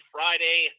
Friday